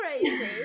crazy